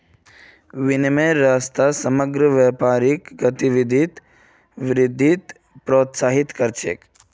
विनिमयेर रास्ता समग्र व्यापारिक गतिविधित वृद्धिक प्रोत्साहित कर छे